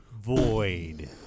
void